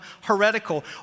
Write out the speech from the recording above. heretical